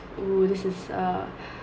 oh this is a